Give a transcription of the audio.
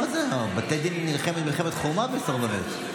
מה זה, בתי הדין נלחמים מלחמת חורמה בסרבנות.